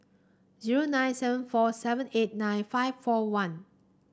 zero nine seven four seven eight nine five four one